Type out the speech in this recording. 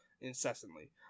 incessantly